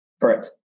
correct